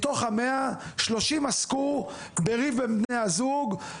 מתוך ה-100 30 עסקו בריב בין בני הזוג,